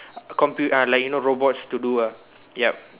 a compute~ uh like you know robots to do uh yup